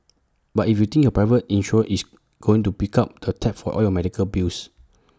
but if you think your private insurer is going to pick up the tab for all your medical bills